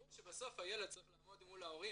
ברור שבסוף הילד צריך לעמוד מול ההורים